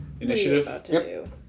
Initiative